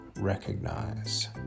Recognize